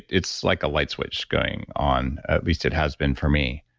it's like a light switch going on, at least, it has been for me.